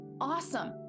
awesome